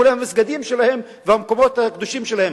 כולל המסגדים שלהם והמקומות הקדושים שלהם?